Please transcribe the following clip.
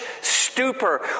stupor